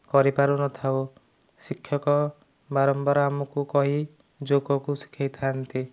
କରିପାରୁନଥାଉ ଶିକ୍ଷକ ବାରମ୍ବାର ଆମକୁ କହି ଯୋଗକୁ ଶିଖେଇଥାଆନ୍ତି